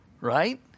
Right